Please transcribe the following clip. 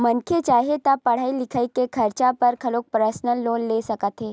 मनखे चाहे ता पड़हई लिखई के खरचा बर घलो परसनल लोन ले सकत हे